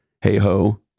hey-ho